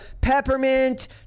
peppermint